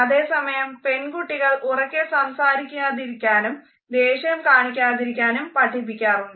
അതേസമയം പെൺകുട്ടികൾ ഉറക്കെ സംസാരിക്കാതിരിക്കാനും ദേഷ്യം കാണിക്കാതിരിക്കാനും പഠിപ്പിക്കാറുണ്ട്